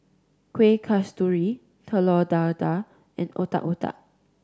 Kueh Kasturi Telur Dadah and Otak Otak